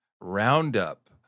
roundup